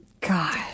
God